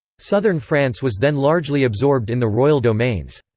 southern france was then largely absorbed in the royal domains.